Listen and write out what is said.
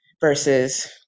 versus